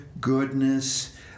goodness